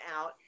out